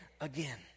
again